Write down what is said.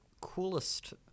coolest